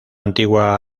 antigua